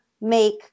make